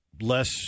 Less